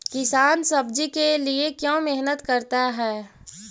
किसान सब्जी के लिए क्यों मेहनत करता है?